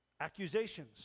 Accusations